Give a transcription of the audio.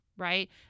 right